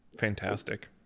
fantastic